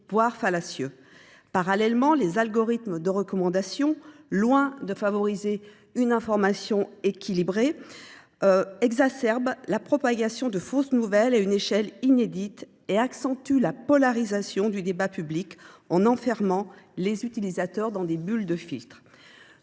voire fallacieux. Parallèlement, les algorithmes de recommandation, loin de favoriser une information équilibrée, exacerbent la propagation des fausses nouvelles à une échelle inédite. Ils accentuent la polarisation du débat public en enfermant les utilisateurs dans des bulles de filtre.